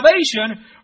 salvation